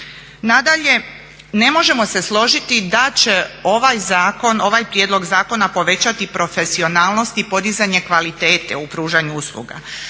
Nadalje, ne možemo se složiti da će ovaj zakon, ovaj prijedlog zakona povećati profesionalnost i podizanje kvalitete u pružanju usluga.